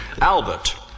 Albert